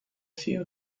few